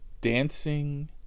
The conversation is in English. dancing